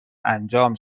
انجام